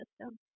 system